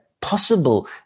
possible